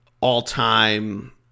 All-time